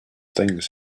things